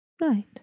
Right